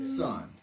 son